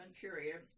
period